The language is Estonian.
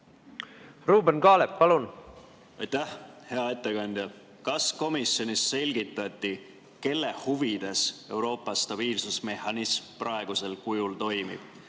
Ruuben Kaalep, palun! Aitäh, hea ettekandja! Kas komisjonis selgitati, kelle huvides Euroopa stabiilsusmehhanism praegusel kujul toimib?